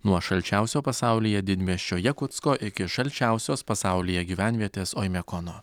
nuo šalčiausio pasaulyje didmiesčio jakutsko iki šalčiausios pasaulyje gyvenvietės oimiakono